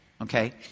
Okay